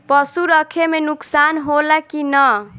पशु रखे मे नुकसान होला कि न?